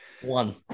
One